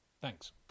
thanks